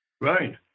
Right